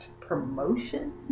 promotion